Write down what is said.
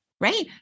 right